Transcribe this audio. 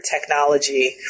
technology